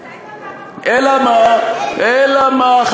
מתי בפעם האחרונה, אלא מה, אלא מה?